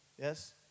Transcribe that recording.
Yes